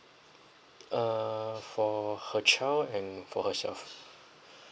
err for her child and for herself